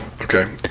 Okay